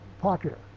popular